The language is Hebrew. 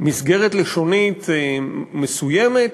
מסגרת לשונית מסוימת,